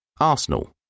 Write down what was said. Arsenal